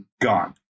gone